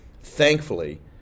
Thankfully